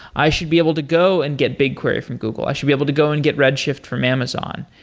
i should be able to go and get bigquery from google. i should be able to go and get red shift from amazon.